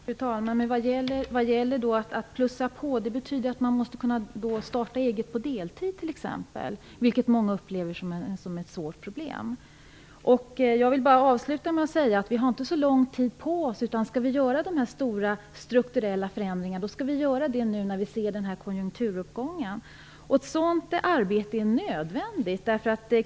Fru talman! För att kunna öka arbetstiden innebär det att man måste kunna starta eget på deltid. Det upplever många som ett svårt problem. Jag vill avsluta med att säga att vi inte har så lång tid på oss. Skall vi göra dessa stora strukturella förändringar skall vi göra dem nu när vi ser en konjunkturuppgång. Ett sådant arbete är nödvändigt.